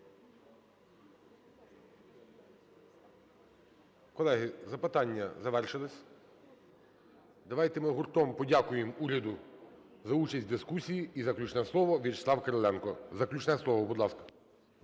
Колеги, запитання завершилися. Давайте ми гуртом подякуємо уряду за участь в дискусії. І заключне слово – В'ячеслав Кириленко. Заключне слово, будь ласка.